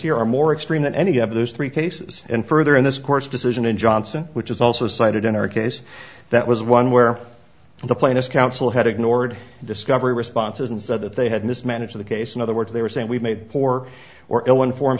here are more extreme than any of those three cases and further in this court's decision in johnson which is also cited in our case that was one where the plaintiffs counsel had ignored discovery responses and said that they had mismanaged the case in other words they were saying we've made four or in one form